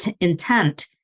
intent